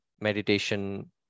meditation